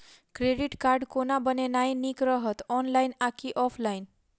Credit card कोना बनेनाय नीक रहत? ऑनलाइन आ की ऑफलाइन?